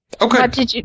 Okay